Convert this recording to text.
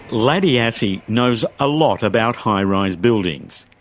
laddie assey knows a lot about high-rise buildings.